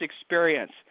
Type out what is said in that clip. experience